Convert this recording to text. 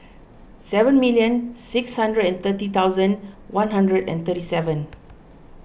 seven million six hundred and thirty thousand one hundred and thirty seven